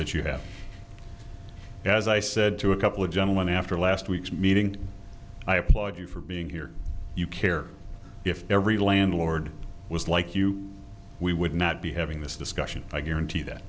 that you have as i said to a couple of gentlemen after last week's meeting i applaud you for being here you care if every landlord was like you we would not be having this discussion i guarantee that